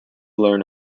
learn